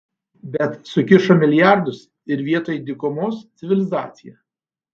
bet sukišo milijardus ir vietoj dykumos civilizacija